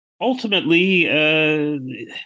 ultimately